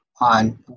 on